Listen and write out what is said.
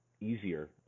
easier